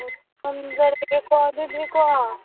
ꯑꯣ ꯊꯝꯖꯔꯒꯦꯀꯣ ꯑꯗꯨꯗꯤꯀꯣ